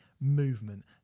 movement